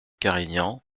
carignan